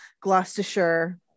Gloucestershire